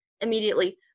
immediately